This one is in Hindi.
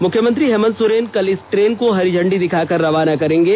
मुख्यमंत्री हेमंत सोरेन कल इस ट्रेन को हरी झंडी दिखाकर रवाना करेंगे